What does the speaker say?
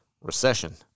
recession